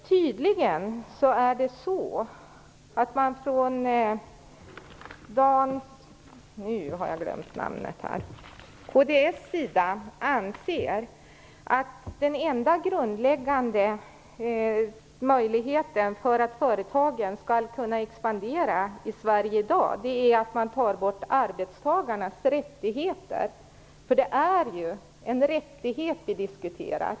Tydligen är det så att man från Dan - jag har glömt efternamnet - ja, från kds sida anser att den enda grundläggande möjligheten för att företagen skall kunna expandera i Sverige i dag är att ta bort arbetstagarnas rättigheter. Det är ju en rättighet vi diskuterar.